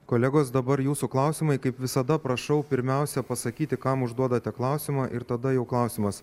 kolegos dabar jūsų klausimai kaip visada prašau pirmiausia pasakyti kam užduodate klausimą ir tada jau klausimas